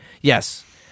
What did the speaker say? Yes